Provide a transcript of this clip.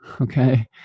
Okay